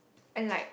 and like